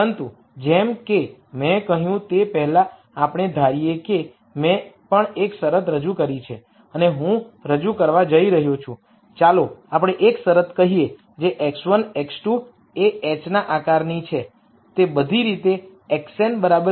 પરંતુ જેમ કે મેં કહ્યું તે પહેલાં આપણે ધારીએ કે મેં પણ એક શરત રજૂ કરી છે અને હું રજૂ કરવા જઈ રહ્યો છું ચાલો આપણે એક શરત કહીએ જે x1 x2 એ h ના આકારની છે તે બધી રીતે xn 0 સુધી છે